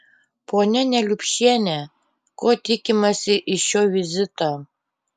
ponia neliupšiene ko tikimasi iš šio vizito